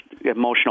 emotional